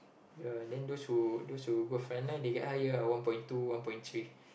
ya then those who those who go front line they get higher ah one point two one point three